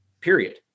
period